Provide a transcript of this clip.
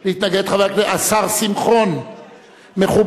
אני סך הכול